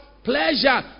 Pleasure